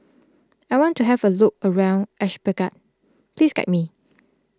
I want to have a look around Ashgabat please guide me